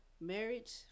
Marriage